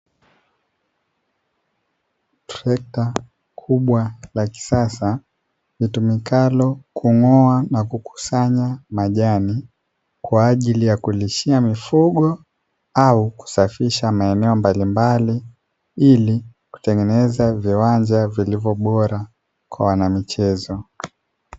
Trekta kubwa la kisasa litumikalo kung'oa na kukusanya majani kwa ajili ya kulishia mifugo au kusafisha maeneo mbalimbali, ili kutengeneza viwanja vilivyo bora kwa wanamichezo.